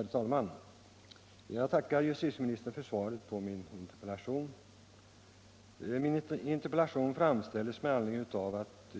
Herr talman! Jag tackar justitieministern för svaret på min interpellation. Interpellationen framställdes med anledning av att